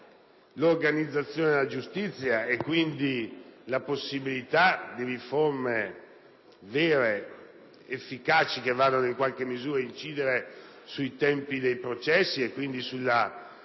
l'organizzazione della giustizia e, quindi, la possibilità di riforme vere ed efficaci che vanno in qualche misura ad incidere sui tempi dei processi e sulla